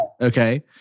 okay